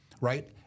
Right